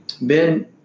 Ben